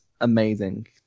amazing